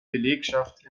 belegschaft